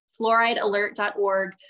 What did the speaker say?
fluoridealert.org